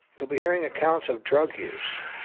you'll be hearing accounts of drug use,